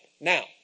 Now